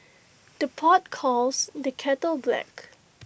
the pot calls the kettle black